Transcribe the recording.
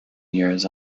years